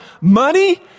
money